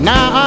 Now